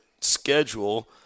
schedule